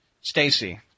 Stacy